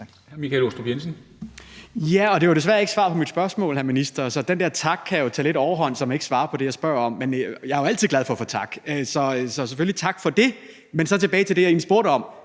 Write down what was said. Ja, og det var jo desværre ikke et svar på mit spørgsmål, hr. minister. Så den dér tak kan jo tage lidt overhånd, så man ikke svarer på det, jeg spørger om. Men jeg er jo altid glad for at få tak – så selvfølgelig tak for det. Men så tilbage til det, jeg egentlig spurgte om,